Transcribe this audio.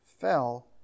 fell